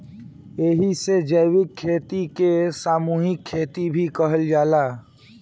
एही से जैविक खेती के सामूहिक खेती भी कहल जाला